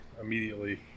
immediately